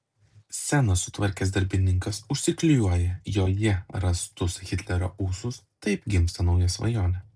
sceną sutvarkęs darbininkas užsiklijuoja joje rastus hitlerio ūsus taip gimsta nauja svajonė